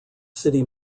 city